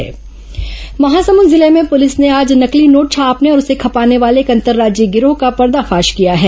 नकली नोट गिरोह महासमुंद जिले में पुलिस ने आज नकली नोट छापने और उसे खपाने वाले एक अंतर्राज्यीय गिरोह का पर्दाफाश किया है